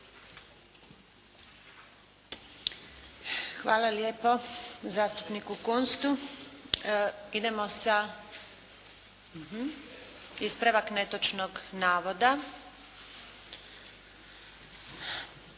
Hvala lijepo zastupniku Kunstvu. Idemo sa, ispravak netočnog navoda,